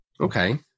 okay